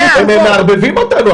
הם מערבבים אותנו.